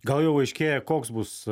gal jau aiškėja koks bus